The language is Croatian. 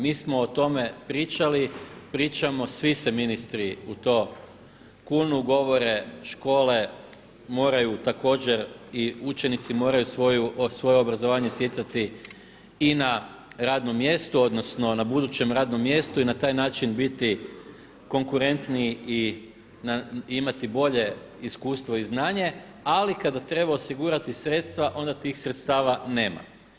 Mi smo o tome pričali, pričamo, svi se ministri u to kunu, govore škole moraju također i učenici moraju svoje obrazovanje stjecati i na radnom mjestu, odnosno na budućem radnom mjestu i na taj način biti konkurentniji i imati bolje iskustvo i znanje ali kada treba osigurati sredstva onda tih sredstava nema.